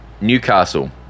Newcastle